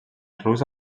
rus